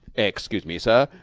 excuse me, sir,